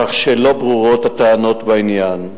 כך שלא ברורות הטענות בעניין,